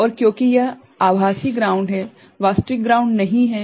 और क्योंकि यह आभासी ग्राउंड है वास्तविक ग्राउंड नहीं है